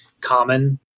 common